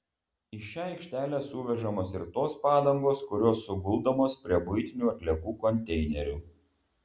į šią aikštelę suvežamos ir tos padangos kurios suguldomos prie buitinių atliekų konteinerių